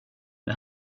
det